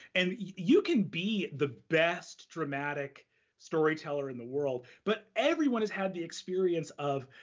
and you can be the best dramatic storyteller in the world, but everyone has had the experience of,